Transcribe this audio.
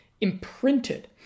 imprinted